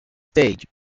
stage